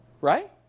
right